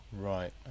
Right